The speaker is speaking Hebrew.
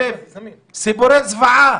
אני גם את אבו שחאדה יודע,